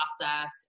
process